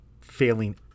failing